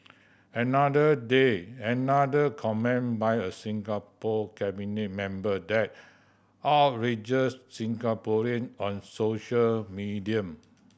another day another comment by a Singapore cabinet member that outrages Singaporean on social media